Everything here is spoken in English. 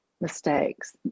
mistakes